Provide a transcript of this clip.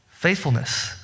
faithfulness